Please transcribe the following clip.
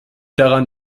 daran